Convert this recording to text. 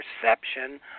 perception